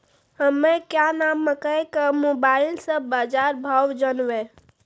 हमें क्या नाम मकई के मोबाइल से बाजार भाव जनवे?